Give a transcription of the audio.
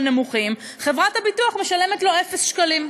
נמוכים וחברת הביטוח משלמת לו אפס שקלים.